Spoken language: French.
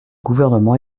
gouvernement